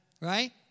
right